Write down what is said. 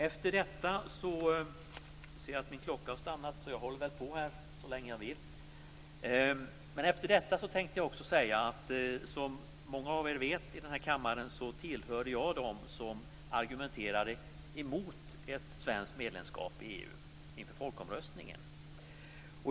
Efter detta tänkte jag också säga, som många av er i kammaren vet, att jag tillhörde dem som inför folkomröstningen argumenterade mot ett svenskt medlemskap i EU.